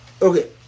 Okay